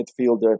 midfielder